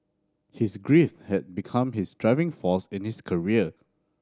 his grief had become his driving force in his career